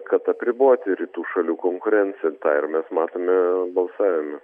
kad apriboti rytų šalių konkurenciją tą ir mes matome balsavime